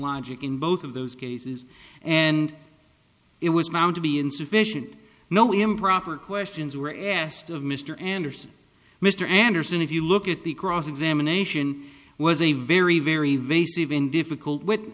logic in both of those cases and it was mounted to be insufficient no improper questions were asked of mr anderson mr anderson if you look at the cross examination was a very very very difficult w